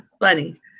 Funny